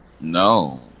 No